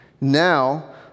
Now